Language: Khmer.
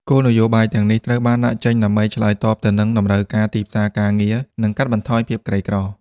គោលនយោបាយទាំងនេះត្រូវបានដាក់ចេញដើម្បីឆ្លើយតបទៅនឹងតម្រូវការទីផ្សារការងារ និងកាត់បន្ថយភាពក្រីក្រ។